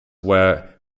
were